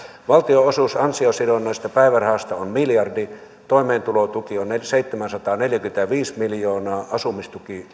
valtion osuus ansiosidonnaisesta päivärahasta on miljardi toimeentulotuki on seitsemänsataaneljäkymmentäviisi miljoonaa asumistuki